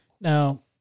Now